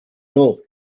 know